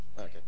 Okay